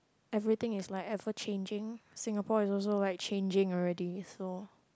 everything is like ever changing Singapore is also like changing already so